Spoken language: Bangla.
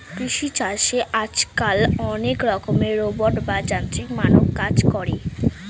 কৃষি চাষে আজকাল অনেক রকমের রোবট বা যান্ত্রিক মানব কাজ করে